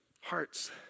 hearts